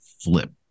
flip